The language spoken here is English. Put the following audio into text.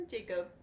Jacob